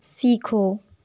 سیکھو